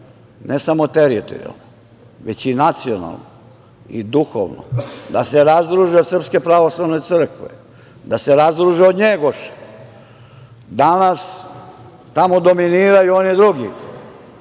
ne samo teritorijalno, već i nacionalno i duhovno, da se razdruže od Srpske pravoslavne crkve, da se razdruže od Njegoša. Danas tamo dominiraju oni drugi,